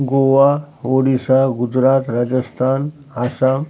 Goa Odisha Gujarat Rajasthan Assam